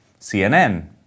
CNN